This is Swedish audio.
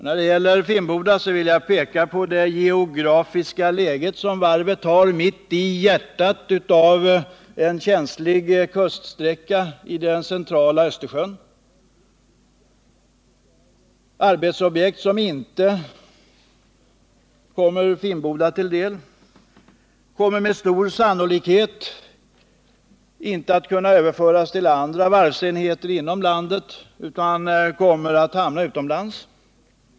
När det gäller Finnboda vill jag peka på varvets geografiska läge mitt i hjärtat av en känslig kuststräcka vid den centrala delen av Östersjön. Arbetsobjekt som inte Finnboda får ta sig an kommer med stor sannolikhet inte att kunna överföras till andra varvsenheter inom landet, utan de kommer att hamna utomlands.